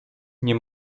nie